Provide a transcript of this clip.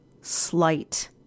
Slight